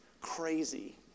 crazy